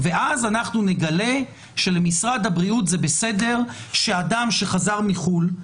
ואז אנחנו נגלה שלמשרד הבריאות זה בסדר שאדם שחזר מחו"ל,